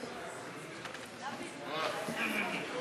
כהצעת הוועדה, נתקבל.